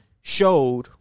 showed